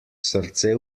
srce